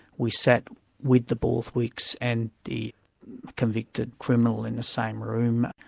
we sat with the borthwicks and the convicted criminal in the same room.